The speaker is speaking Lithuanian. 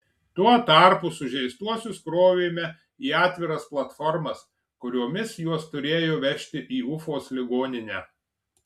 tuo tarpu sužeistuosius krovėme į atviras platformas kuriomis juos turėjo vežti į ufos ligoninę